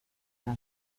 خبر